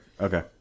okay